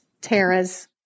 Tara's